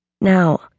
Now